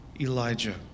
Elijah